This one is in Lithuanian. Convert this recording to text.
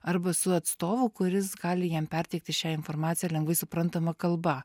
arba su atstovu kuris gali jam perteikti šią informaciją lengvai suprantama kalba